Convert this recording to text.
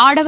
ஆடவர்